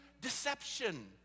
deception